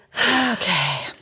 okay